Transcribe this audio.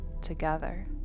together